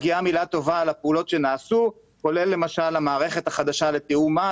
מגיעה מילה טובה על הפעולות שנעשו כולל למשל המערכת החדשה לתיאום מס.